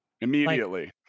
Immediately